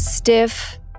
Stiff